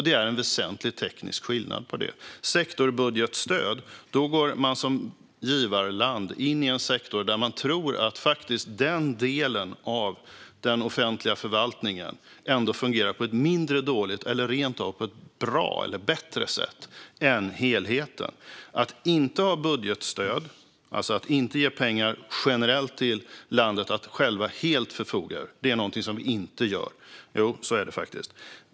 Det är en väsentlig teknisk skillnad. Sektorsbudgetstöd innebär att man som givarland går in i en sektor som man tror är en del i den offentliga förvaltningen som fungerar på ett mindre dåligt sätt eller rent av på ett bra eller bättre sätt än helheten. Att ge budgetstöd, alltså att ge pengar generellt till landet att självt förfoga över, är något som vi inte gör. Så är det faktiskt.